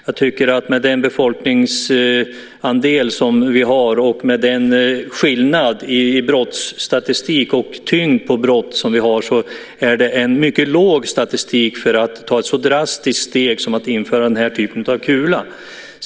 Jag tycker att med den befolkning som vi har och med den skillnad i brottsstatistik och tyngd på brott som vi har är det en mycket låg statistik för att ta ett så drastiskt steg som att införa den här typen av kula.